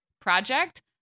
project